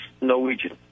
Norwegian